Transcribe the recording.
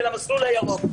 של המסלול הירוק.